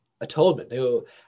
atonement